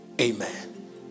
Amen